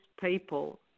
people